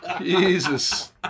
Jesus